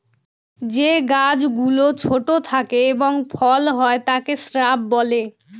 যে গাছ গুলো ছোট থাকে এবং ফল হয় তাকে শ্রাব বলে